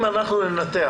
אם אנחנו ננתח,